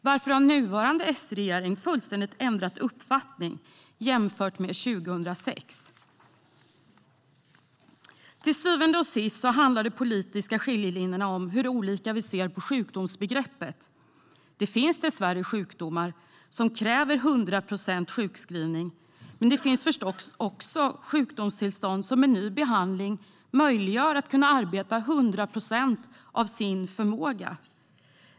Varför har nuvarande S-regering fullständigt ändrat uppfattning jämfört med 2006? Till syvende och sist handlar de politiska skiljelinjerna om hur vi ser på sjukdomsbegreppet. Det finns dessvärre sjukdomar som kräver 100 procents sjukskrivning. Men det finns förstås också sjukdomstillstånd som med ny behandling möjliggör arbete på 100 procent av den egna förmågan.